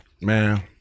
man